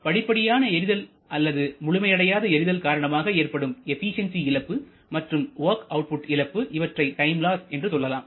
படிப்படியான எரிதல் அல்லது முழுமையடையாத எரிதல் காரணமாக ஏற்படும் எபிசியன்சி இழப்பு மற்றும் வொர்க் அவுட்புட் இழப்பு இவற்றை டைம் லாஸ் என்று சொல்லலாம்